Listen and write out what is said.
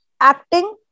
Acting